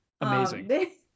Amazing